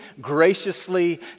graciously